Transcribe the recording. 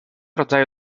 rodzaju